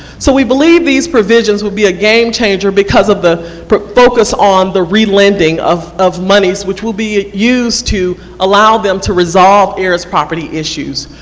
so we believe these provisions will be a game changer because of the focus on the relenting of of monies, which will be used to allow them to resolve errors property issues.